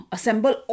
Assemble